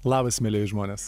labas mielieji žmonės